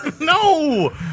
No